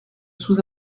sous